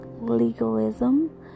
legalism